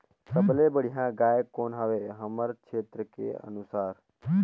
सबले बढ़िया गाय कौन हवे हमर क्षेत्र के अनुसार?